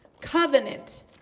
covenant